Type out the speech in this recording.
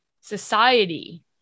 society